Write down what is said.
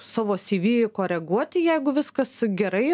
savo cv koreguoti jeigu viskas gerai